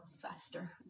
faster